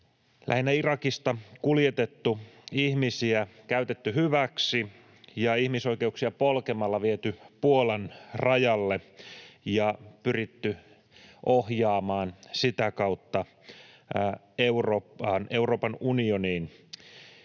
lähinnä Irakista — kuljetettu ihmisiä, käytetty hyväksi ja ihmisoikeuksia polkemalla viety Puolan rajalle ja pyritty ohjaamaan sitä kautta Euroopan unioniin.